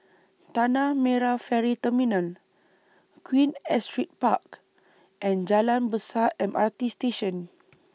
Tanah Merah Ferry Terminal Queen Astrid Park and Jalan Besar M R T Station